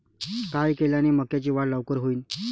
काय केल्यान मक्याची वाढ लवकर होईन?